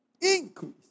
Increase